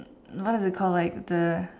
what do they call like the